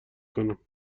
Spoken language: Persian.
کنم